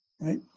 Right